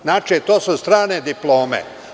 Znači, to su strane diplome.